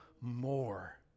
more